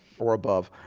or above